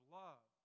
love